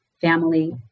family